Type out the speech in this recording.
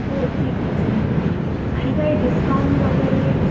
हो ठीक आहे चालेल आणि काही डिस्काउंट वगैरे